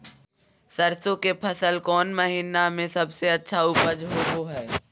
सरसों के फसल कौन महीना में सबसे अच्छा उपज होबो हय?